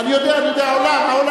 אני יודע, אני יודע, העולם.